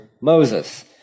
Moses